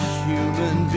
human